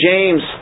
James